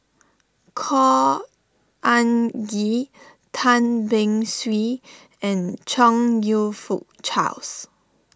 Khor Ean Ghee Tan Beng Swee and Chong You Fook Charles